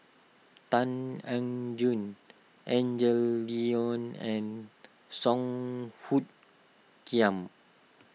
Tan Eng Joo Angel Liong and Song Hoot Kiam